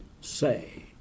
say